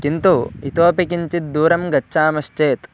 किन्तु इतोपि किञ्चित् दूरं गच्छामश्चेत्